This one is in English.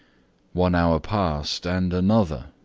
one hour passed, and another.